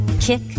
kick